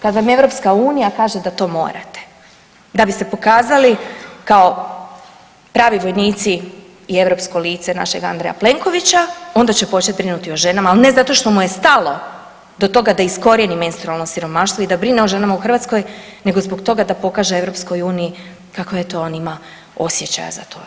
Kad vam EU kaže da to morate da bi se pokazali kao pravi vojnici i europsko lice našeg Andreja Plenkovića, onda će početi brinuti o ženama, ali ne zato što mu je stalo do toga da iskorijeni menstrualno siromaštvo i da brine o ženama u Hrvatskoj, nego zbog toga da pokaže EU kako eto on ima, osjećaja za to.